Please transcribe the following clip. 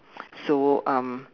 so um